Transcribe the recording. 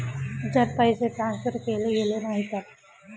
जर पैसे ट्रान्सफर केले गेले नाही तर?